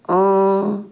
অঁ